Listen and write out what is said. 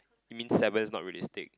means seven is not realistic